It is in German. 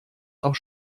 auf